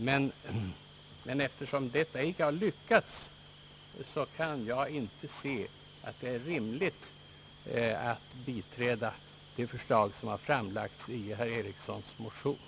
Men eftersom detta ej har lyckats, kan jag inte se att det är rimligt att biträda förslaget i herr Erikssons motion.